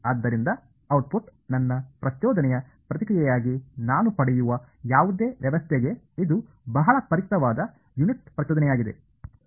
ಆದ್ದರಿಂದ output ನನ್ನ ಪ್ರಚೋದನೆಯ ಪ್ರತಿಕ್ರಿಯೆಯಾಗಿ ನಾನು ಪಡೆಯುವ ಯಾವುದೇ ವ್ಯವಸ್ಥೆಗೆ ಇದು ಬಹಳ ಪರಿಚಿತವಾದ ಯುನಿಟ್ ಪ್ರಚೋದನೆಯಾಗಿದೆ